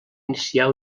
iniciar